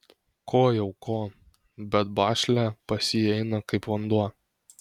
ko jau ko bet bašlia pas jį eina kaip vanduo